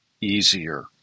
easier